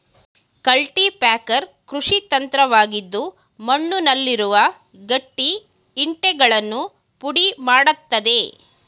cultipacker ಕೃಷಿಯಂತ್ರವಾಗಿದ್ದು ಮಣ್ಣುನಲ್ಲಿರುವ ಗಟ್ಟಿ ಇಂಟೆಗಳನ್ನು ಪುಡಿ ಮಾಡತ್ತದೆ